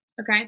Okay